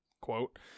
quote